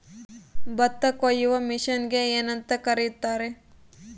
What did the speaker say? ಭತ್ತ ಕೊಯ್ಯುವ ಮಿಷನ್ನಿಗೆ ಏನಂತ ಕರೆಯುತ್ತಾರೆ?